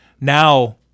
Now